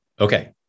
Okay